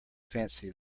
fancy